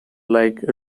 like